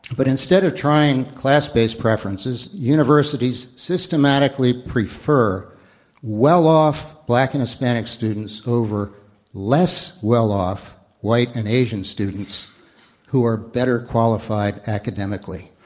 but instead of trying class-based preferences, universities systematically prefer well off black and hispanic students over less well off white and asian students who are better qualified academically.